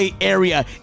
area